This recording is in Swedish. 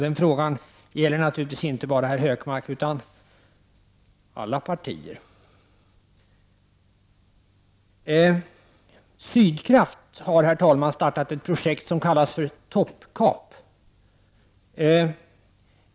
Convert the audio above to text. Den frågan riktar sig naturligtvis inte bara till Gunnar Hökmark utan även till företrädare för andra partier. Herr talman! Sydkraft har startat ett projekt som kallas för Toppkap.